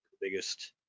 biggest